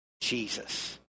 Jesus